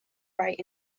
wright